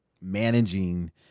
managing